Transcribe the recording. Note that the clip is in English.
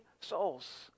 souls